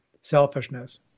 selfishness